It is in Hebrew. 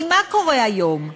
כי מה קורה היום?